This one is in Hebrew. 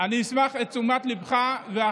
אני אשמח לתשומת ליבך.